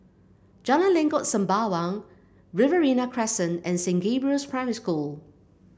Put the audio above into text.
Jalan Lengkok Sembawang Riverina Crescent and Saint Gabriel's Primary School